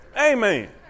Amen